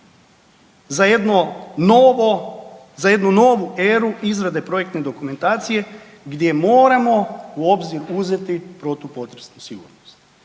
za jednu novu eru izrade projekte dokumentacije, gdje moramo u obzir uzeti protupotresnu sigurnost.